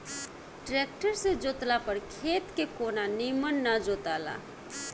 tractor से जोतला पर खेत के कोना निमन ना जोताला